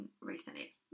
recently